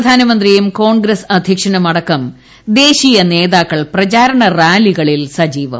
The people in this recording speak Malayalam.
പ്രധാന്റമന്ത്രിയും കോൺഗ്രസ് അധ്യക്ഷനും അടക്കും ദേശീയ നേതാക്കൾ പ്രചാരണറാലികളിൽ ്സജീവം